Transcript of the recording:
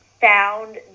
found